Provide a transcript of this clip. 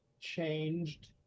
changed